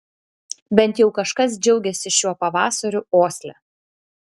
bent jau kažkas džiaugėsi šiuo pavasariu osle